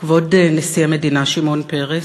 כבוד נשיא המדינה שמעון פרס,